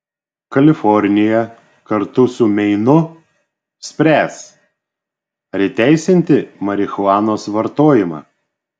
kalifornija kartu su meinu spręs ar įteisinti marihuanos vartojimą